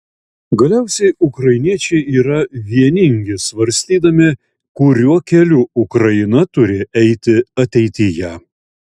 galiausiai ukrainiečiai yra vieningi svarstydami kuriuo keliu ukraina turi eiti ateityje